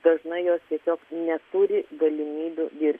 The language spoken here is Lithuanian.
dažnai jos tiesiog neturi galimybių dirbti